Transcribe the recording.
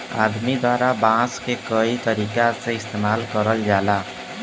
आदमी द्वारा बांस क कई तरीका से इस्तेमाल करल जाला